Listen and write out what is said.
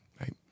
Right